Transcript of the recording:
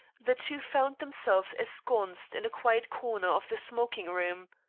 the two found themselves ensconced in a quiet corner of the smoking-room.